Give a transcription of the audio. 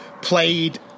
played